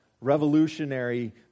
revolutionary